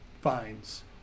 fines